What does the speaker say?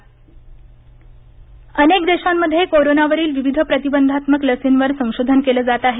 UNICEF अनेक देशांमध्ये कोरोनावरील विविध प्रतिबंधात्मक लसींवर संशोधन केलं जात आहे